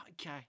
okay